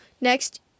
Next